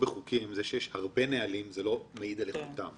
זה שיש הרבה נהלים זה לאו דווקא מעיד על איכותם.